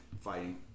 fighting